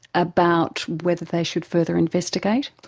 about whether they should further investigate?